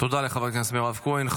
תודה לחברת הכנסת מירב כהן.